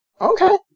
Okay